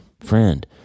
friend